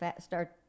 start